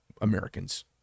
Americans